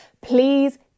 Please